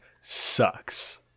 sucks